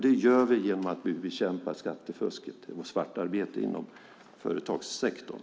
Det gör vi genom att bekämpa skattefusket och svartarbetet inom företagssektorn.